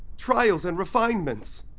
trials, and refinements,